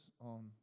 on